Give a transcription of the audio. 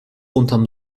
unterm